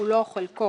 כולו או חלקו,